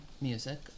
music